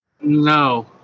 No